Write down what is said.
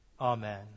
Amen